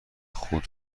خود